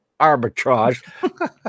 arbitrage